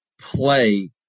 play